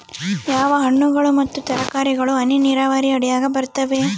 ಯಾವ ಹಣ್ಣುಗಳು ಮತ್ತು ತರಕಾರಿಗಳು ಹನಿ ನೇರಾವರಿ ಅಡಿಯಾಗ ಬರುತ್ತವೆ?